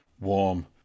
warm